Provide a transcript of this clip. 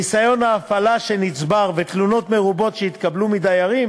ניסיון ההפעלה שנצבר ותלונות מרובות שהתקבלו מדיירים